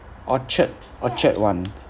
orchard orchard [one]